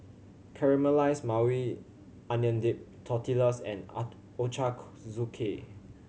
Caramelized Maui Onion Dip Tortillas and